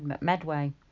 Medway